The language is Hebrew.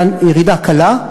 הייתה ירידה קלה,